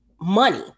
money